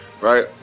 right